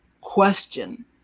Question